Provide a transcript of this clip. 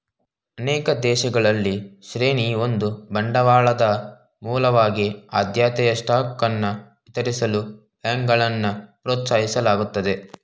ಅನೇಕ ದೇಶಗಳಲ್ಲಿ ಶ್ರೇಣಿ ಒಂದು ಬಂಡವಾಳದ ಮೂಲವಾಗಿ ಆದ್ಯತೆಯ ಸ್ಟಾಕ್ ಅನ್ನ ವಿತರಿಸಲು ಬ್ಯಾಂಕ್ಗಳನ್ನ ಪ್ರೋತ್ಸಾಹಿಸಲಾಗುತ್ತದೆ